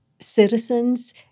citizens